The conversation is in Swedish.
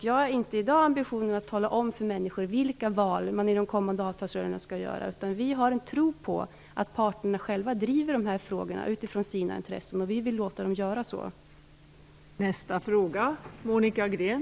Jag har inte i dag ambitionen att tala om för människor vilka val man skall göra i de kommande avtalsrörelserna, utan vi har en tro på att parterna själva driver de här frågorna utifrån sina intressen. Vi vill låta dem göra det.